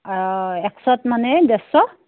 একশত মানে ডেৰশ